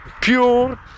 pure